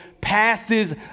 passes